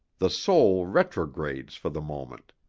the soul retrogrades for the moment.